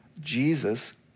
Jesus